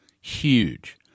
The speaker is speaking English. Huge